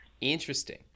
Interesting